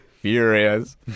furious